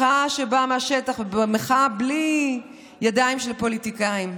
מחאה שבאה מהשטח, מחאה בלי ידיים של פוליטיקאים.